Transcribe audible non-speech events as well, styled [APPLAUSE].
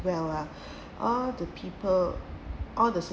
well lah [BREATH] all the people all the